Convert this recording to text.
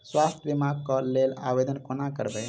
स्वास्थ्य बीमा कऽ लेल आवेदन कोना करबै?